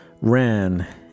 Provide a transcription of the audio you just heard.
ran